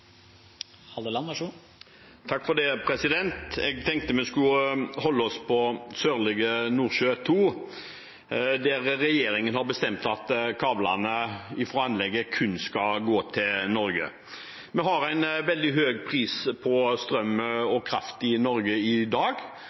Halleland – til oppfølgingsspørsmål. Jeg tenkte vi skulle holde oss på Sørlige Nordsjø II, der regjeringen har bestemt at kablene fra anlegget kun skal gå til Norge. Vi har en veldig høy pris på strøm og kraft i Norge i dag,